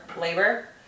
labor